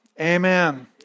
Amen